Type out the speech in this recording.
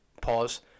pause